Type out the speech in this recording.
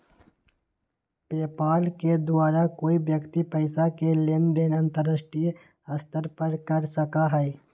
PayPal के द्वारा कोई व्यक्ति पैसा के लेन देन अंतर्राष्ट्रीय स्तर पर कर सका हई